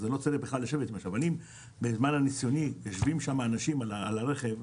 אבל אם בזמן הניסיוני נמצאים אנשים ברכב,